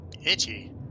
Itchy